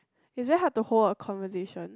is very hard to hold a conversation